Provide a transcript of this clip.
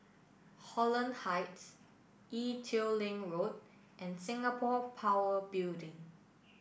Holland Heights Ee Teow Leng Road and Singapore Power Building